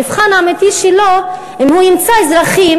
המבחן האמיתי שלו הוא אם הוא ימצא אזרחים